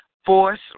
Force